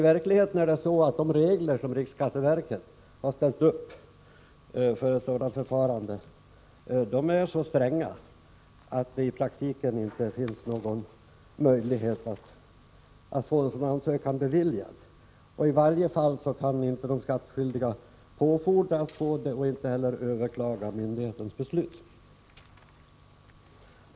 Men de regler som riksskatteverket har ställt upp för sådant förfarande är så stränga att man i praktiken inte har någon möjlighet att få en sådan ansökan beviljad. I varje fall kan inte de skattskyldiga påfordra att få det och inte heller överklaga myndighetens beslut.